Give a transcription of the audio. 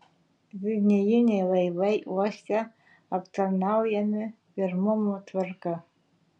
linijiniai laivai uoste aptarnaujami pirmumo tvarka